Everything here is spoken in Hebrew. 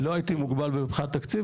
לא הייתי מוגבל מבחינת תקציב,